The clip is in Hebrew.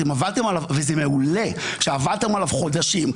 אתם עבדתם עליו, וזה מעולה שעבדתם עליו חודשים.